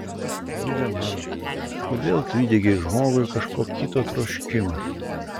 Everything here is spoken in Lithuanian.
dieve mano kodėl tu įdiegei žmogui kažko kito troškimą